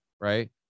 Right